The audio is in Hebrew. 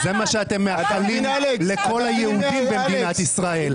אבל אתה --- זה מה שאתם מאחלים לכל היהודים במדינת ישראל.